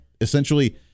essentially